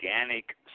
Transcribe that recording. organic